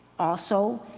also